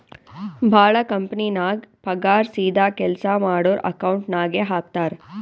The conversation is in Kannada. ಭಾಳ ಕಂಪನಿನಾಗ್ ಪಗಾರ್ ಸೀದಾ ಕೆಲ್ಸಾ ಮಾಡೋರ್ ಅಕೌಂಟ್ ನಾಗೆ ಹಾಕ್ತಾರ್